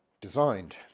designed